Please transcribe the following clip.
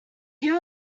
here